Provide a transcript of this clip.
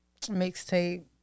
mixtape